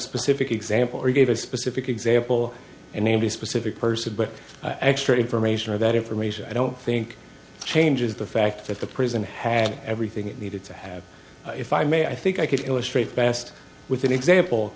specific example or gave a specific example and maybe a specific person but extra information or that information i don't think changes the fact that the prison had everything it needed to have if i may i think i could illustrate best with an example